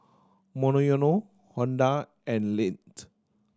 Monoyono Honda and Lindt